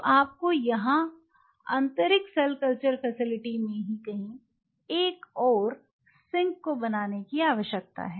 तो आपको यहां आंतरिक सेल कल्चर फैसिलिटी में कहीं एक और सिंक को बनाने की आवश्यकता है